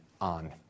on